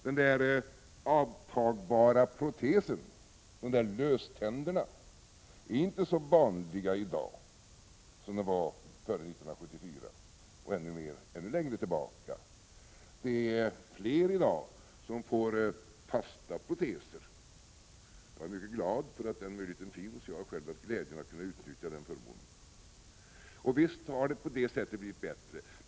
Den där avtagbara protesen — löständerna — är inte så vanlig i dag som den var före 1974 och ännu mer längre tillbaka. Det är fler människor som i dag får fasta proteser. Jag är mycket glad för att denna möjlighet finns. Jag har själv haft glädjen att kunna utnyttja den förmånen. Och visst har det på det sättet blivit bättre.